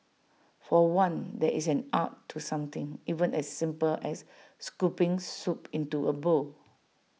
for one there is an art to something even as simple as scooping soup into A bowl